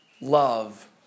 love